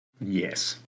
Yes